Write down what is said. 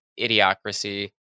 Idiocracy